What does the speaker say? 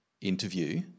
interview